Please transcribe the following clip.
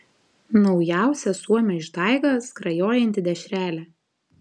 naujausia suomio išdaiga skrajojanti dešrelė